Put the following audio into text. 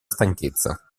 stanchezza